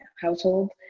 household